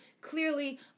clearly